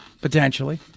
potentially